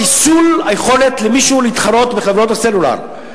חיסול היכולת של מישהו להתחרות בחברות הסלולר.